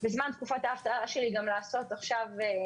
בזמן תקופת האבטלה שלי גם לעשות סיבוב.